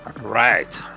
right